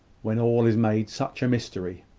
when all is made such a mystery?